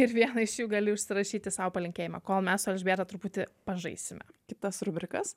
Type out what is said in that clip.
ir vieną iš jų gali užsirašyti sau palinkėjimą kol mes su elžbieta truputį pažaisime kitas rubrikas